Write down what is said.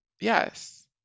Yes